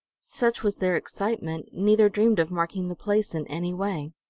such was their excitement, neither dreamed of marking the place in any way.